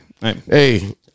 Hey